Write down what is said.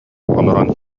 олорон